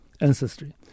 ancestry